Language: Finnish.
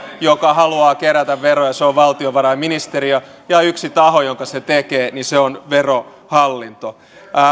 joka haluaa kerätä veroja se on valtiovarainministeriö ja jos on yksi taho joka sen tekee niin se on verohallinto